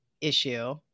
issue